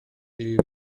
gwlyb